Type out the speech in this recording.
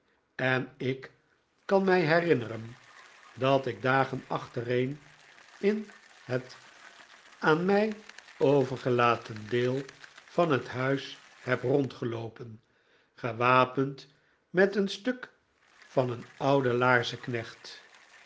en ik kan mij herinneren dat ik dagen achtereen in het aan mij overgelaten deel van het huis heb rondgeloopen gewapend met een stuk van een